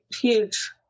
huge